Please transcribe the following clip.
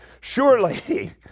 Surely